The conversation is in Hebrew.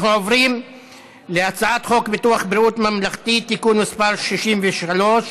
אנחנו עוברים להצעת חוק ביטוח בריאות ממלכתי (תיקון מס' 63),